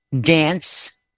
dance